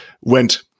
went